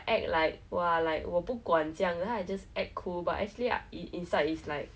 I think I feel like P_E was a very big regret for me like